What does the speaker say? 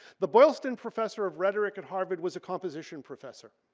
the boylston professor of rhetoric at harvard was a composition professor.